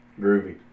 Groovy